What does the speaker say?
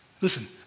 Listen